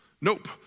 nope